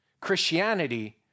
Christianity